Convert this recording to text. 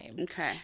Okay